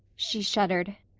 she shuddered.